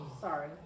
Sorry